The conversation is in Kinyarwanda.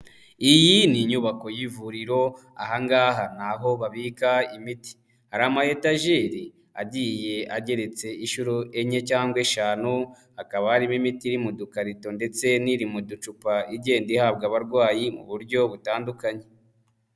Iyi ni inyubako y'ivuriro, aha ngaha ni aho babika imiti. Hari ama etajeri agiye ageretse inshuro enye cyangwa eshanu, hakaba harimo imiti iri mu dukarito ndetse n'iri mu ducupa igenda ihabwa abarwayi mu buryo butandukanye.